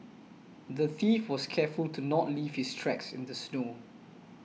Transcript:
the thief was careful to not leave his tracks in the snow